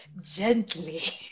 gently